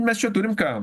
mes čia turim ką